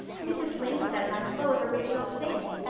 mrs. lynde says i'm full of original sin.